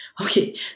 okay